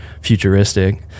futuristic